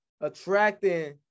attracting